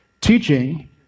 Teaching